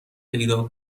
پیدا